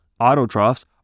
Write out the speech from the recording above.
Autotrophs